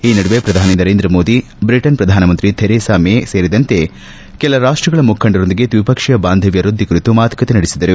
ಈ ನಡುವೆ ಪ್ರಧಾನಿ ನರೇಂದ್ರ ಮೋದಿ ಬ್ರಿಟನ್ ಪ್ರಧಾನಮಂತ್ರಿ ಥೆರೇಸಾ ಮೇ ಸೇರಿದಂತೆ ಕೆಲ ರಾಷ್ಷಗಳ ಮುಖಂಡರೊಂದಿಗೆ ದ್ವಿಪಕ್ಷೀಯ ಬಾಂಧವ್ಯ ವೃದ್ಧಿ ಕುರಿತು ಮಾತುಕತೆ ನಡೆಸಿದರು